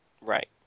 Right